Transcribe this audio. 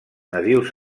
nadius